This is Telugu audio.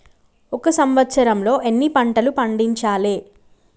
ఒక సంవత్సరంలో ఎన్ని పంటలు పండించాలే?